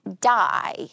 die